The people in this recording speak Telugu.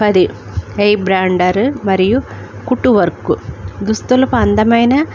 పది ఎంబ్రాయిడర్ మరియు కుట్టు వర్కు దుస్తులపై అందమైన